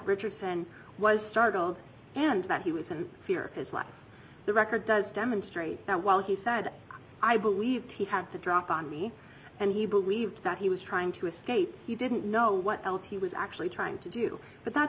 richardson was startled and that he was in fear his life the record does demonstrate that while he said i believe he have the drop on me and he believed that he was trying to escape he didn't know what else he was actually trying to do but that